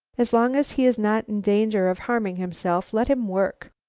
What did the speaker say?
as long as he is not in danger of harming himself, let him work.